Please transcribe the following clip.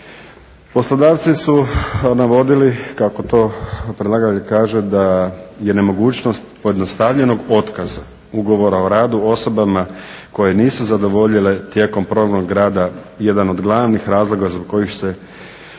Poslodavci su navodili kako to predlagatelj kaže da je nemogućnost pojednostavljenog otkaza ugovora o radu osobama koje nisu zadovoljile tijekom probnog rada jedan od glavnih razloga zbog kojih su